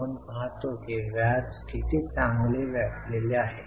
आपण पाहतो की व्याज किती चांगले व्यापलेले आहे